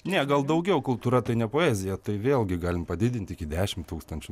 ne gal daugiau kultūra tai ne poezija tai vėlgi galim padidint iki dešim tūkstančių